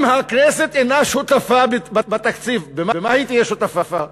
אם הכנסת אינה שותפה בתקציב, במה היא תהיה שותפה?